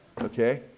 Okay